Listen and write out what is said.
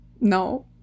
No